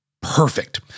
perfect